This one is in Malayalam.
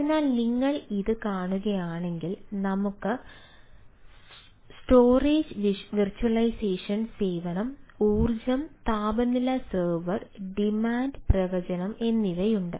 അതിനാൽ നിങ്ങൾ ഇത് കാണുകയാണെങ്കിൽ നമുക്ക് സ്റ്റോറേജ് വെർച്വലൈസേഷൻ സേവനങ്ങൾ ഉണ്ട്